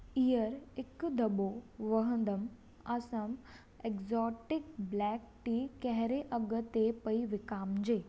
हीअ हिकु दॿो वहदम असम एक्सोटिक ब्लैक टी कहिड़े अघ ते पईं विकामिजे